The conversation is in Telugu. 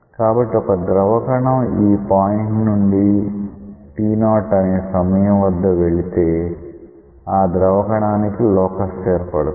కాబట్టి ఒక ద్రవ కణం ఈ పాయింట్ నుండి t0 అనే సమయం వద్ద వెళితే ఆ ద్రవ కణానికి లోకస్ ఏర్పడుతుంది